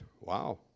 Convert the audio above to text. wow